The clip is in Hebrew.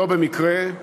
ולא במקרה.